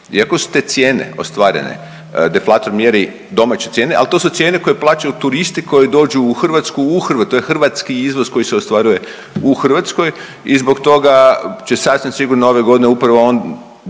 iako su te cijene ostvarene deflator mjeri, domaće cijene, al to su cijene koje plaćaju turisti koji dođu u Hrvatsku, u Hrvat…, to je hrvatski izvoz koji se ostvaruje u Hrvatskoj i zbog toga će sasvim sigurno ove godine upravo on doprinjeti